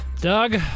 Doug